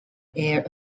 air